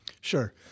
Sure